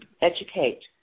educate